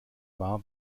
wahr